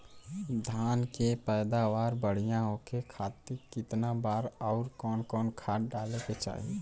धान के पैदावार बढ़िया होखे खाती कितना बार अउर कवन कवन खाद डाले के चाही?